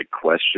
question